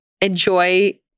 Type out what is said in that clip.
enjoy